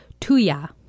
Tuya